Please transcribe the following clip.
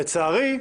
לצערי,